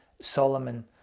Solomon